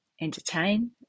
entertain